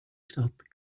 stadt